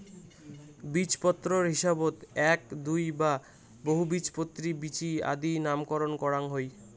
বীজপত্রর হিসাবত এ্যাক, দুই বা বহুবীজপত্রী বীচি আদি নামকরণ করাং হই